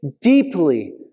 deeply